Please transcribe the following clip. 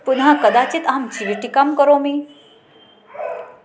पुनः कदाचित् अहं चिविटिकां करोमि